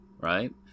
right